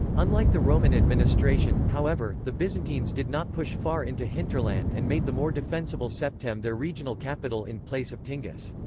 unlike the roman administration, however, the byzantines did not push far into hinterland and made the more defensible septem their regional capital in place of tingis.